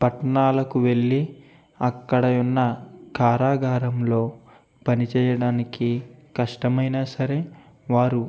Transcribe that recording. పట్టణాలకి వెళ్ళి అక్కడ ఉన్న కారాగారంలో పని చెయ్యడానికి కష్టమైనా సరే వారు